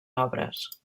obres